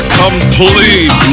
complete